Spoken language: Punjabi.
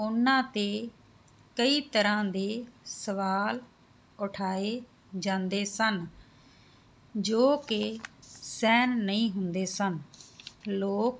ਉਹਨਾਂ ਤੇ ਕਈ ਤਰ੍ਹਾਂ ਦੇ ਸਵਾਲ ਉਠਾਏ ਜਾਂਦੇ ਸਨ ਜੋ ਕਿ ਸਹਿਨ ਨਹੀਂ ਹੁੰਦੇ ਸਨ ਲੋਕ